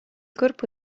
corpo